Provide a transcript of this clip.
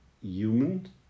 human